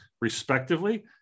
respectively